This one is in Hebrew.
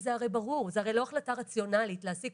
זה הרי ברור שזו לא החלטה רציונלית להעסיק